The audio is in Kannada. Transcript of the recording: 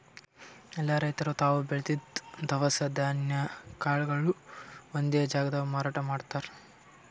ಎಲ್ಲಾ ರೈತರ್ ತಾವ್ ಬೆಳದಿದ್ದ್ ದವಸ ಧಾನ್ಯ ಕಾಳ್ಗೊಳು ಒಂದೇ ಜಾಗ್ದಾಗ್ ಮಾರಾಟ್ ಮಾಡ್ತಾರ್